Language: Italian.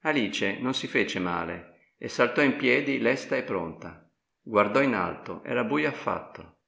alice non si fece male e saltò in piedi lesta e pronta guardò in alto era bujo affatto